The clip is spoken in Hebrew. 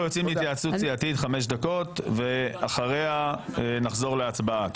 אנחנו יוצאים להתייעצות סיעתית חמש דקות ואחריה נחזור להצבעה,